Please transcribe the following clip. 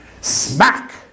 Smack